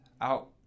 out